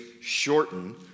shorten